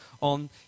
on